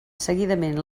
seguidament